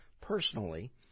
personally